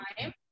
time